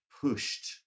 pushed